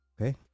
okay